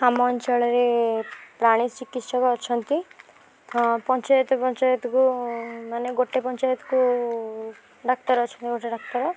ଆମ ଅଞ୍ଚଳରେ ପ୍ରାଣୀ ଚିକିତ୍ସକ ଅଛନ୍ତି ହଁ ପଞ୍ଚାୟତ ପଞ୍ଚାୟତକୁ ମାନେ ଗୋଟେ ପଞ୍ଚାୟତକୁ ଡାକ୍ତର ଅଛନ୍ତି ଗୋଟେ ଡାକ୍ତର